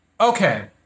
Okay